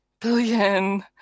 billion